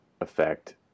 effect